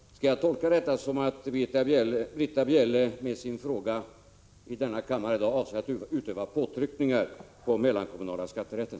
Fru talman! Skall jag tolka detta så att Britta Bjelle med sin fråga i denna kammare i dag avser att utöva påtryckningar på mellankommunala skatterätten?